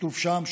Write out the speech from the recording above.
בשיתוף שה"מ,